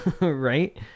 Right